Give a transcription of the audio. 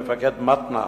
מפקד מתנ"א,